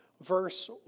verse